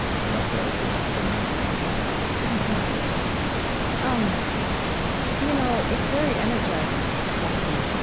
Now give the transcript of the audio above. and that's why i think, for me, it's not time to be in that that arena um you know, it's very energizing to talk to you.